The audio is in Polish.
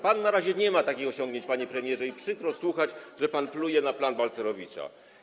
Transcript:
Pan na razie nie ma takich osiągnięć, panie premierze, i przykro słuchać, że pan pluje na plan Balcerowicza.